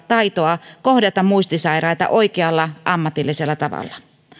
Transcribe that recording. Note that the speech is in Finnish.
taitoa kohdata muistisairaita oikealla ammatillisella tavalla